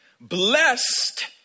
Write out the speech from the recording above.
Blessed